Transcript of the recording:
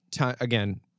again